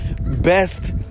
best